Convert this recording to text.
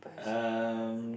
um